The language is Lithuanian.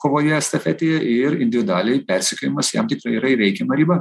kovoje estafetėje ir individualiai persekiojimas jam tikrai yra įveikiama riba